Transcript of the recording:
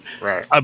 right